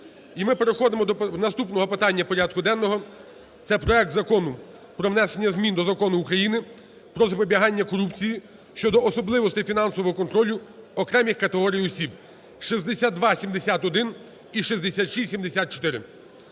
І ми переходимо до наступного питання порядку денного – це проект Закону про внесення змін до Закону України "Про запобігання корупції" щодо особливостей фінансового контролю окремих категорій осіб, 6271 і 6674.